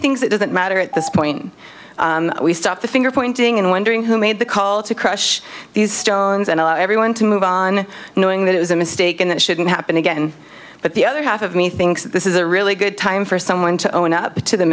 thinks it doesn't matter at this point we stop the finger pointing and wondering who made the call to crush these stones and allow everyone to move on knowing that it was a mistake and it shouldn't happen again but the other half of me thinks that this is a really good time for someone to own up to the